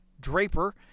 Draper